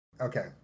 Okay